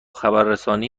خبررسانی